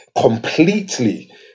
completely